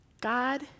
God